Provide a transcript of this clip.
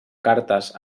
cartes